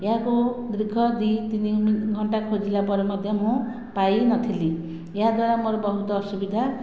ଏହାକୁ ଦୀର୍ଘ ଦୁଇ ତିନି ଘଣ୍ଟା ଖୋଜିଲା ପରେ ମଧ୍ୟ ମୁଁ ପାଇନଥିଲି ଏହାଦ୍ୱାରା ମୋର ବହୁତ ଅସୁବିଧା